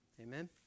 Amen